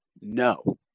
no